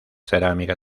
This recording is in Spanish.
cerámica